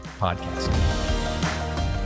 podcast